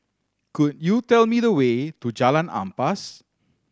could you tell me the way to Jalan Ampas